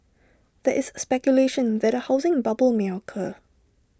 there is speculation that A housing bubble may occur